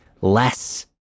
less